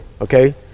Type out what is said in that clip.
Okay